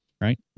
Right